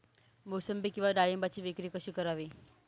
मोसंबी किंवा डाळिंबाची विक्री कशी करावी?